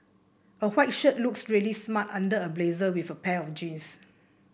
a white shirt looks really smart under a blazer with a pair of jeans